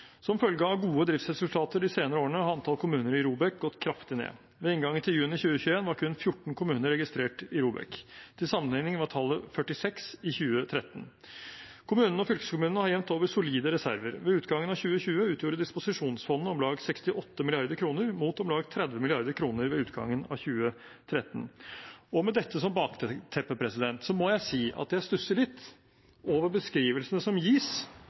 Som følge av gode driftsresultater de senere årene har antall kommuner i ROBEK gått kraftig ned. Ved inngangen til juni 2021 var kun 14 kommuner registrert i ROBEK. Til sammenligning var tallet 46 i 2013. Kommunene og fylkeskommunene har jevnt over solide reserver. Ved utgangen av 2020 utgjorde disposisjonsfondene om lag 68 mrd. kr mot om lag 30 mrd. kr ved utgangen av 2013. Med dette som bakteppe må jeg si at jeg stusser litt over beskrivelsene som gis